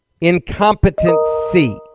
Incompetency